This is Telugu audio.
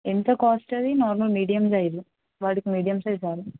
ఎంత కాస్ట్ అది నార్మల్ మీడియం సైజ్ వాడికి మీడియం సైజ్ చాలు